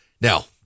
Now